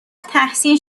تحسین